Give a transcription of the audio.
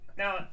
Now